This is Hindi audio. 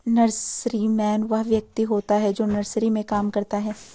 नर्सरीमैन वह व्यक्ति होता है जो नर्सरी में काम करता है